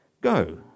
Go